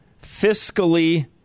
fiscally